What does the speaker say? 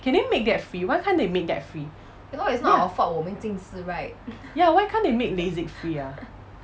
can they make that free why can't they make that free ya why can't they make LASIK free ah